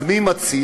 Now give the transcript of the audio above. אז מי מתסיס?